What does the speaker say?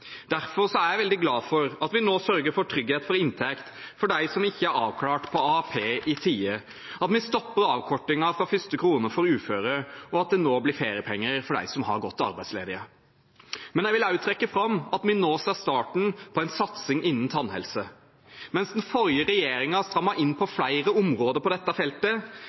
Derfor er jeg veldig glad for at vi nå sørger for trygghet for inntekt for dem som ikke er avklart på AAP i tide, at vi stopper avkortingen fra første krone for uføre, og at det nå blir feriepenger for dem som har gått arbeidsledige. Men jeg vil også trekke fram at vi nå ser starten på en satsing innen tannhelse. Mens den forrige regjeringen strammet inn på flere områder på dette feltet,